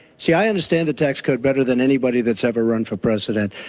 see, i understand the tax code better than anybody that's ever run for president.